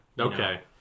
Okay